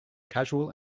casual